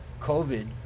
COVID